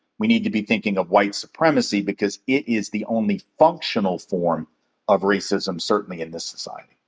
we need to be thinking of white supremacy, because it is the only functional form of racism, certainly in this society.